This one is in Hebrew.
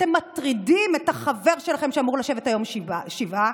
אתם מטרידים את החבר שלכם, שאמור היום לשבת שבעה,